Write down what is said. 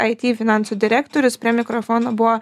it finansų direktorius prie mikrofono buvo